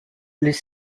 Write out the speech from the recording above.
les